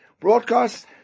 broadcast